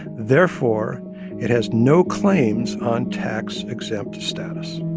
therefore it has no claims on tax-exempt status